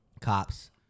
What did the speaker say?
cops